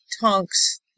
Tonk's